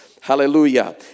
Hallelujah